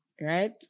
right